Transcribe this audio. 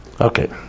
okay